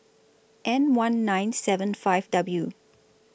N one nine seven five W